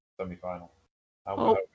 semi-final